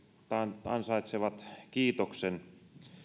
ansaitsevat kiitoksen